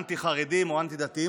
אנטי-חרדים או אנטי-דתיים.